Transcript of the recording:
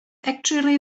actually